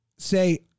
say